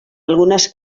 algunes